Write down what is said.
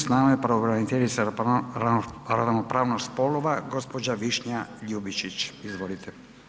S nama je pravobraniteljica za ravnopravnost spolova gospođa Višnja Ljubičić, izvolite.